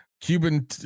Cuban